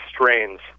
strains